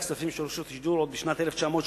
הכספים של רשות השידור עוד בשנת 1981,